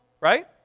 right